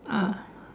ah